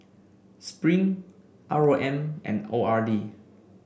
Spring R O M and O R D